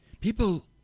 People